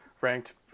ranked